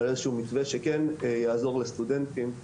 על איזשהו מתווה שכן יעזור לסטודנטים'.